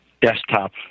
desktop